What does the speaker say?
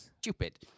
Stupid